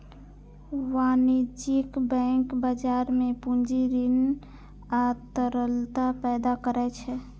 वाणिज्यिक बैंक बाजार मे पूंजी, ऋण आ तरलता पैदा करै छै